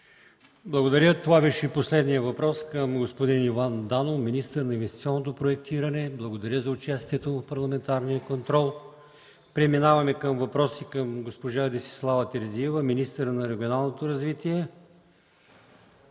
Благодаря. Това беше последният въпрос към господин Иван Данов – министър на инвестиционното проектиране. Благодаря му за участието в парламентарния контрол. Преминаваме към въпроси към госпожа Десислава Терзиева – министър на регионалното развитие.